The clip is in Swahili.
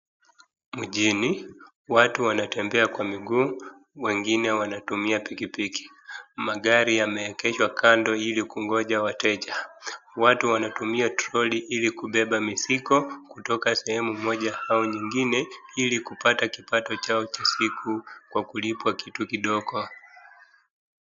Mjini watu wanatembea kwa miguu wengine wanatumia pikipiki. Magari yameegeshwa kando ili kungoja wateja. watu wanatumia troli ilikubeba mizigo kutoka sehemu moja au nyingine ilikupata kipato chao cha siku kwa kulipwa kitu kidogo.